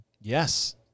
Yes